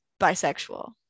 bisexual